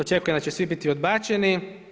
Očekujem da će svi biti odbačeni.